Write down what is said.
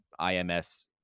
IMS